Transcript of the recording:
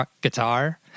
guitar